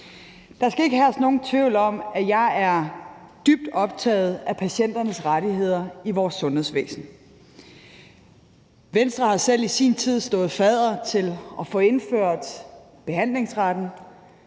Der skal ikke herske nogen tvivl om, at jeg er dybt optaget af patienternes rettigheder i vores sundhedsvæsen. Venstre har selv i sin tid stået fadder til at få indført behandlingsretten